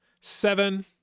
seven